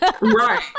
Right